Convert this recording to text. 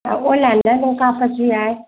ꯑꯣꯟꯂꯥꯏꯟꯗ ꯑꯗꯨꯝ ꯀꯥꯞꯄꯁꯨ ꯌꯥꯏ